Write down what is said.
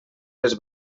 les